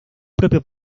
propio